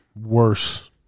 worse